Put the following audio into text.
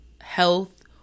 health